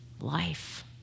life